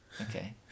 Okay